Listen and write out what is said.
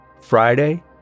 Friday